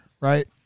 right